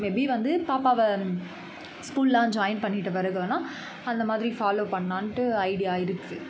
maybe வந்து பாப்பாவை ஸ்கூல்லாம் ஜாயின் பண்ணிட்ட பிறகு வேணாம் அந்த மாதிரி ஃபாலோ பண்ணலான்ட்டு ஐடியா இருக்குது